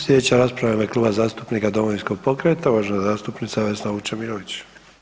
Sljedeća rasprava je u ime Kluba zastupnika Domovinskog pokreta uvažena zastupnica Vesna Vučemilović.